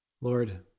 Lord